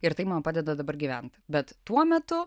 ir tai man padeda dabar gyvent bet tuo metu